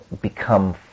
become